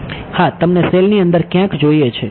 હા તમને સેલ ની અંદર ક્યાંક જોઈએ છે